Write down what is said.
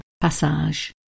passage